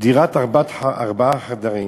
דירת ארבעה חדרים